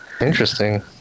interesting